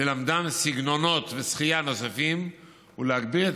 ללמדם סגנונות שחייה נוספים ולהגביר את